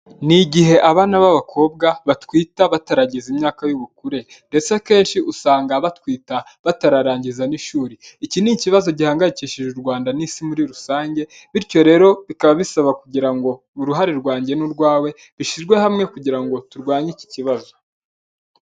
ni igihe abana b'abakobwa batwita bataragize imyaka y'ubukure, ndetse akenshi usanga batwita batararangiza n'ishuri. Iki ni ikibazo gihangayikishije u Rwanda n'Isi muri rusange, bityo rero bikaba bisaba kugira ngo uruhare rwanjye n'urwawe bishyirwe hamwe kugira ngo turwanye iki kibazo.